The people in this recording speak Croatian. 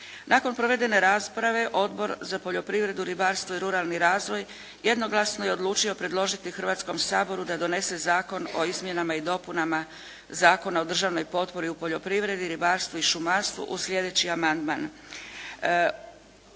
Nakon provedene rasprave Odbor za poljoprivredu, ribarstvo i ruralni razvoj jednoglasno je odlučio predložiti Hrvatskom saboru da donese Zakon o izmjenama i dopunama Zakona o državnoj potpori u poljoprivredi, ribarstvu i šumarstvu u sljedeći amandman